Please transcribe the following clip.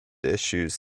issues